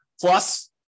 Plus